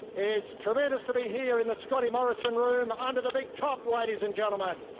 it's tremendous to be here in the scotty morrison room under the big top, ladies and gentlemen!